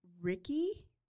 Ricky